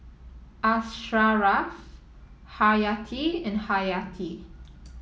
Asharaff Haryati and Haryati